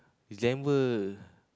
December